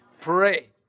pray